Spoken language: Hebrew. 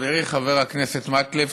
חברי חבר הכנסת מקלב,